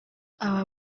aba